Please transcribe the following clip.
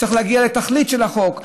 צריך להגיע לתכלית של החוק.